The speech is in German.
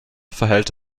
verhält